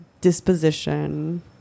disposition